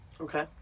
Okay